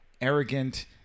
arrogant